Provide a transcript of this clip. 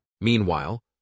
Meanwhile